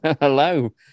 hello